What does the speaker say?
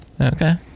Okay